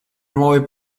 nuove